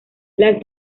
los